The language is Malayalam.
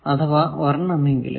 അഥവാ ഒരെണ്ണമെങ്കിലും